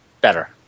better